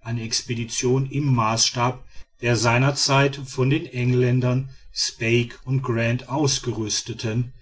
eine expedition im maßstab der seinerzeit von den engländern speke und grant ausgerüsteten